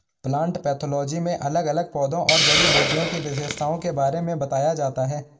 plant pathology में अलग अलग पौधों और जड़ी बूटी की विशेषताओं के बारे में बताया जाता है